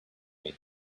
may